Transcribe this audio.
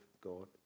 God